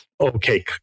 okay